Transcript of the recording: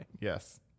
Yes